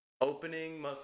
Opening